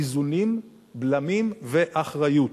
איזונים, בלמים ואחריות.